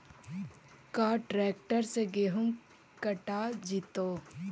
का ट्रैक्टर से गेहूं कटा जितै?